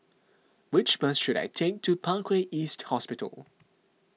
which bus should I take to Parkway East Hospital